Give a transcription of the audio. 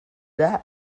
that